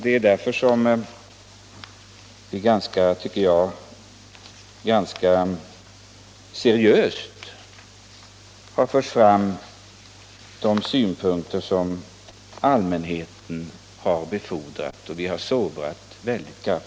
Det är därför som vi — seriöst, tycker jag — har givit uttryck åt de synpunkter som allmänheten förmedlat, och vi har sovrat dem väldigt kraftigt.